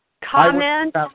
comment